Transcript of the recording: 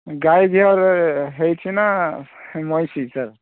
ଗାଈ ଘିଅରେ ହେଇଛି ନା ମଇଁଷି ସାର୍